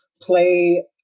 play